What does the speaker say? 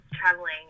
traveling